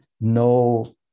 no